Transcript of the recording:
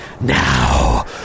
Now